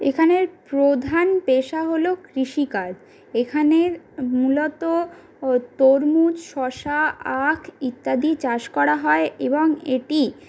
এখানের প্রধান পেশা হল কৃষিকাজ এখানের মূলত তরমুজ শশা আখ ইত্যাদি চাষ করা হয় এবং এটি